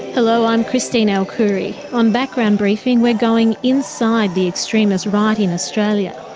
hello, i'm christine el-khoury. on background briefing we're going inside the extremist right in australia.